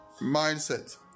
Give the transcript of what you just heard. mindset